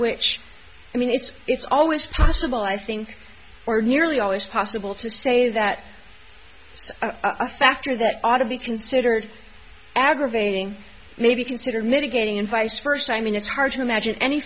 which i mean it's it's always possible i think or nearly always possible to say that a factor that ought to be considered aggravating may be considered mitigating and vice versa i mean it's hard to imagine any